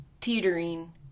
teetering